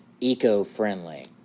eco-friendly